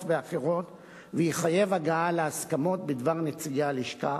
ואחרות ויחייב הגעה להסכמות בדבר נציגי הלשכה